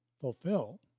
fulfill